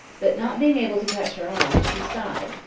but not being able to catch her eye, she sighed,